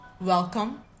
welcome